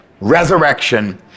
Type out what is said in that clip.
resurrection